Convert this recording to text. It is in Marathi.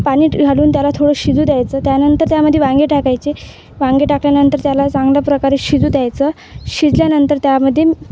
पाणी घालून त्याला थोडं शिजू द्यायचं त्यानंतर त्यामध्ये वांगी टाकायची वांगी टाकल्यानंतर त्याला चांगल्या प्रकारे शिजू द्यायचं शिजल्यानंतर त्यामध्ये